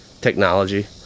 technology